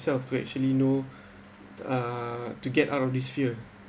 self to actually know uh to get out of this fear